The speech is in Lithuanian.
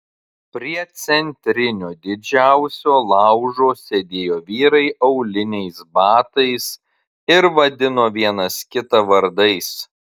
prie centrinio didžiausio laužo sėdėjo vyrai auliniais batais ir vadino vienas kitą vardais